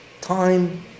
time